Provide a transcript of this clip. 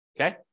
Okay